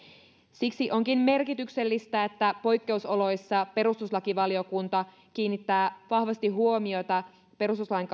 siksi onkin merkityksellistä että poikkeusoloissa perustuslakivaliokunta kiinnittää vahvasti huomiota perustuslain